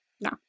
No